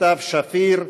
סתיו שפיר,